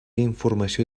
informació